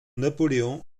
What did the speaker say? napoléon